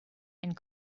and